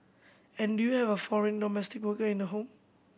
and do you have a foreign domestic worker in the home